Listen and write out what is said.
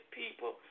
people